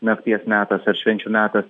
nakties metas ar švenčių metas